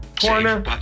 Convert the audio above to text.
corner